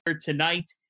tonight